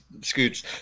Scoots